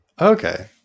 Okay